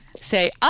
say